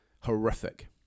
horrific